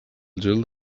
gel